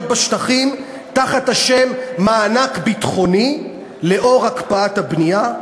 בשטחים תחת השם "מענק ביטחוני לאור הקפאת הבנייה".